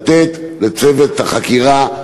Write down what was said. לתת לצוות החקירה,